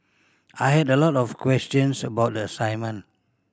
I had a lot of questions about the assignment